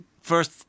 first